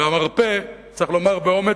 ומרפא, צריך לומר באומץ,